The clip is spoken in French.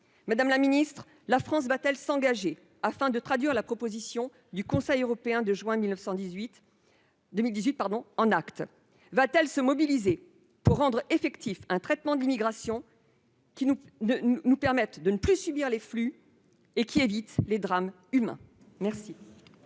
Madame la ministre, la France va-t-elle enfin agir pour traduire la proposition du Conseil européen de juin 2018 en actes ? Va-t-elle se mobiliser pour rendre effectif un traitement de l'immigration qui nous permettra de ne plus subir ces flux et empêchera les drames humains ?